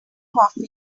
coffee